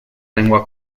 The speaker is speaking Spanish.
lengua